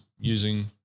using